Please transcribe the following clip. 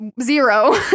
zero